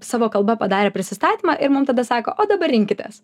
savo kalba padarė prisistatymą ir mum tada sako o dabar rinkitės